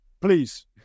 Please